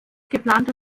geplanter